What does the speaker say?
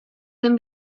zen